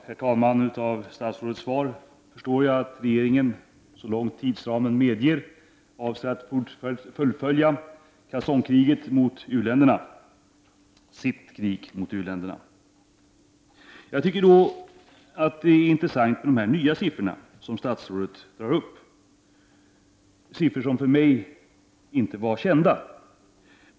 Herr talman! Av statsrådets svar förstår jag att regeringen, så långt tidsramen medger, avser att fullfölja ”kalsongkriget”, sitt krig mot u-länderna. De nya siffror som statsrådet presenterar är intressanta. Det är siffror som för mig inte var kända.